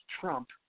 Trump